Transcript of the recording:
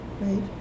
right